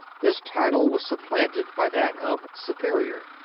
this title was supplanted by that of superior.